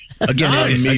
Again